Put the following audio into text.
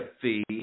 fee